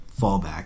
fallback